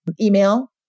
email